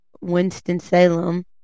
Winston-Salem